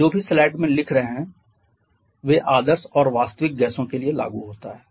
आप जो भी स्लाइड में लिख रहे हैं वे आदर्श और वास्तविक गैसों के लिए लागू होता हैं